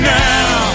now